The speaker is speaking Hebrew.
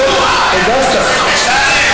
חבר הכנסת שטרן.